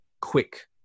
quick